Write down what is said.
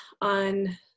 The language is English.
on